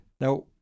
Now